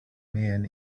men